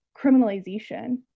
criminalization